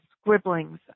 scribblings